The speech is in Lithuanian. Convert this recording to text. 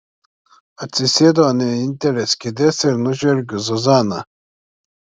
atsisėdu ant vienintelės kėdės ir nužvelgiu zuzaną